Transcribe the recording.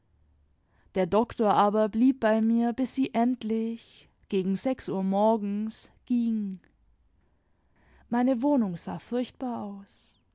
der doktor aber blieb bei mir bis sie endlich gegen sechs uhr morgens gingen meine wohnung sah furchtbar aus